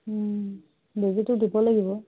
বেজীটো দিব লাগিব